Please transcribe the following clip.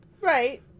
Right